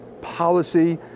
policy